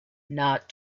not